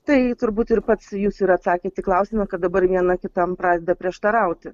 tai turbūt ir pats jūs ir atsakėt į klausimą kad dabar viena kitam pradeda prieštarauti